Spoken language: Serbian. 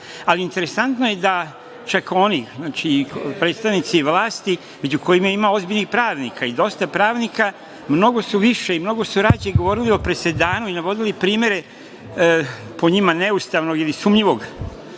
ali, interesantno je da čak oni, znači predstavnici vlasti, među kojima ima ozbiljnih pravnika, i dosta pravnika, mnogo su više i mnogo su rađe govorili o presedanu i navodili primere, po njima neustavnog ili sumnjivog